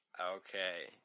Okay